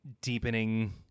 deepening